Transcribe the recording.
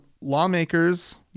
lawmakers